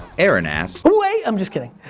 aaron asks oh, wait, i'm just kidding.